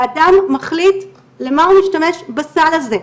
והאדם מחליט למה הוא משתמש בסל הזה.